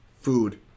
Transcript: food